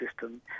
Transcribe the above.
system